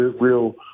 real